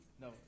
No